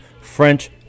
French